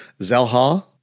Zelha